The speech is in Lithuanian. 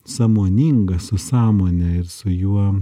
sąmoningas su sąmone ir su juo